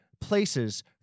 places